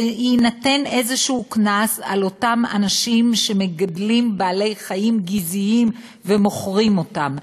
שיינתן איזשהו קנס לאותם אנשים שמגדלים בעלי-חיים גזעיים ומוכרים אותם,